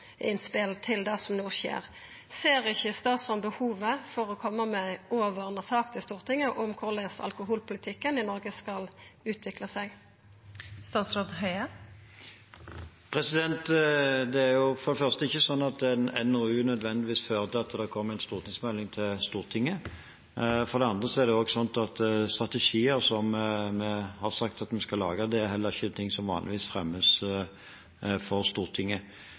til det som no skjer. Ser ikkje statsråden behovet for å koma med ei overordna sak til Stortinget om korleis alkoholpolitikken i Noreg skal utvikla seg? Det er for det første ikke slik at en NOU nødvendigvis fører til at det kommer en stortingsmelding til Stortinget. For det andre er det slik at strategier som vi har sagt at vi skal lage, ikke er noe som vanligvis fremmes for Stortinget.